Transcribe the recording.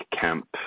camp